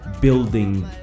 building